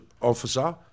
officer